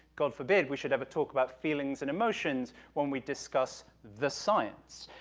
god forbid, we should ever talk about feelings and emotions when we discuss the science,